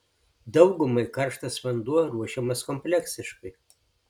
daugumai karštas vanduo ruošiamas kompleksiškai